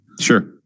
Sure